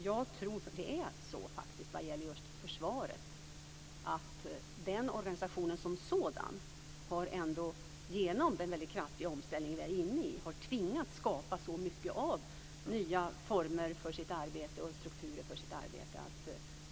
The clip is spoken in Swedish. Jag är inte säker på att man hittar lösningen till det i departementsindelningen i det svenska systemet. Jag tror hellre att man ska ta fasta på de förändringar som faktiskt sker inom systemet.